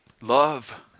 Love